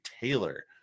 Taylor